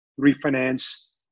refinance